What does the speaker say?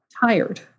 tired